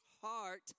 heart